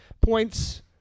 points